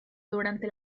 durante